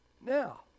Now